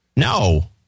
No